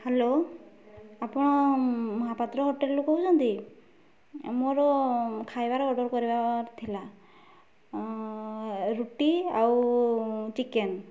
hello ଆପଣ ମହାପାତ୍ର ହୋଟେଲ୍ରୁ କହୁଛନ୍ତି ମୋର ଖାଇବାର ଅର୍ଡ଼ର୍ କରିବାର ଥିଲା ରୁଟି ଆଉ ଚିକେନ୍